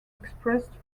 expressed